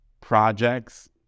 projects